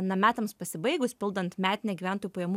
na metams pasibaigus pildant metinę gyventojų pajamų